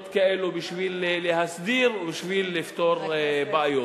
כאלה בשביל להסדיר ובשביל לפתור בעיות.